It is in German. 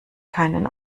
keinen